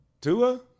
tua